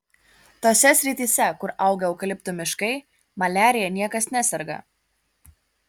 tose srityse kur auga eukaliptų miškai maliarija niekas neserga